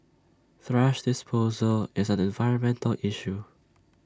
thrash disposal is an environmental issue